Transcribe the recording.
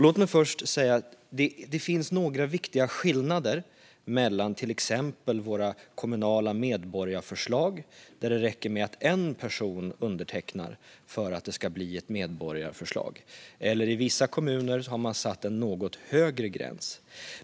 Låt mig först säga att det finns några viktiga skillnader mot till exempel våra kommunala medborgarförslag, där det räcker att en person undertecknar för att det ska bli ett medborgarförslag - i vissa kommuner har man satt en något högre gräns.